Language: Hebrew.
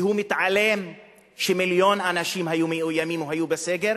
והוא מתעלם שמיליון אנשים היו מאוימים או היו בסגר,